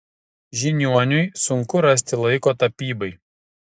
žiniuoniui sunku rasti laiko tapybai